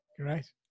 Great